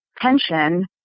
pension